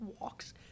walks